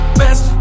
best